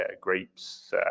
grapes